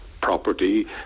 property